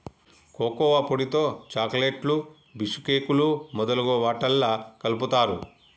cocoa పొడితో చాకోలెట్లు బీషుకేకులు మొదలగు వాట్లల్లా కలుపుతారు